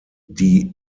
die